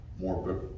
more